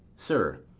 sir,